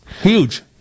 Huge